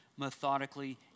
methodically